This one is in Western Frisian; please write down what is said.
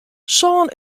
sân